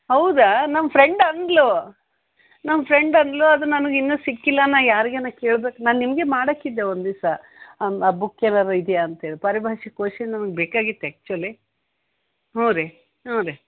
ಹೌದಾ ನಮ್ಮ ಫ್ರೆಂಡ್ ಅಂದಳು ನಮ್ಮ ಫ್ರೆಂಡ್ ಅಂದಳು ಅದು ನನಿಗೆ ಇನ್ನೂ ಸಿಕ್ಕಿಲ್ಲ ನಾ ಯಾರಿಗೇನ ಕೇಳ್ಬೇಕು ನಾನು ನಿಮಗೆ ಮಾಡೋಕ್ಕಿದ್ದೆ ಒಂದು ದಿವಸ ಆ ಬುಕ್ ಏನಾರೂ ಇದೆಯಾ ಅಂತೇಳಿ ಪಾರಿಭಾಷಿಕಕೋಶ ನಮಿಗೆ ಬೇಕಾಗಿತ್ತು ಆ್ಯಕ್ಚುವಲಿ ಹ್ಞೂ ರೀ ಹ್ಞೂ ರೀ